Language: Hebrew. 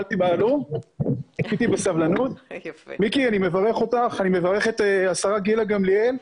אותך, אני מברך את השרה גילה גמליאל,